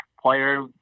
player